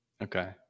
Okay